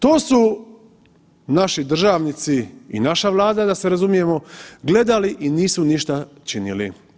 To su naši državnici i naša Vlada da se razumijemo, gledali i nisu ništa činili.